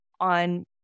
on